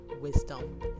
wisdom